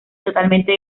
totalmente